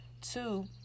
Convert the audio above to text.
two